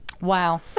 Wow